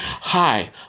Hi